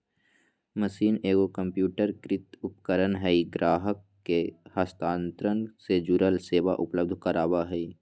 machine एगो कंप्यूटरीकृत उपकरण हइ ग्राहक के हस्तांतरण से जुड़ल सेवा उपलब्ध कराबा हइ